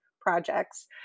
projects